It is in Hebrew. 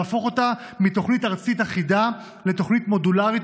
להפוך אותה מתוכנית ארצית אחידה לתוכנית מודולרית